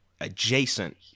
adjacent